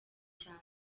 cyane